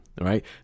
right